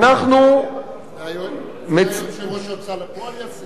זה רעיון שראש ההוצאה לפועל יעשה.